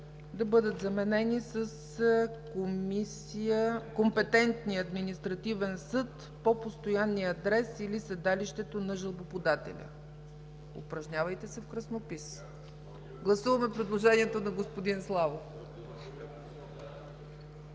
да бъдат заменени с „Компетентният административен съд по постоянния адрес или седалището на жалбоподателя”. Гласуваме предложението на господин Славов.